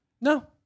no